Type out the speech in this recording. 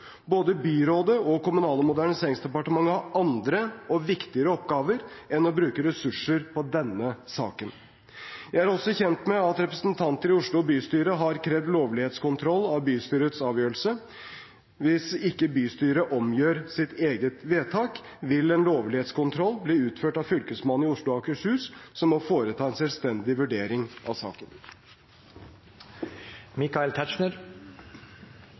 Både byrådet og Kommunal- og moderniseringsdepartementet har andre og viktigere oppgaver enn å bruke ressurser på denne saken. Jeg er også kjent med at representanter i Oslo bystyre har krevd lovlighetskontroll av bystyrets avgjørelse. Hvis bystyret ikke omgjør sitt eget vedtak, vil en lovlighetskontroll bli utført av Fylkesmannen i Oslo og Akershus, som må foreta en selvstendig vurdering av saken.